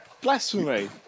Blasphemy